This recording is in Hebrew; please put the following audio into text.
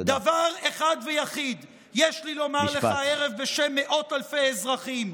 דבר אחד ויחיד יש לי לומר לך הערב בשם מאות אלפי אזרחים.